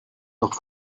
noch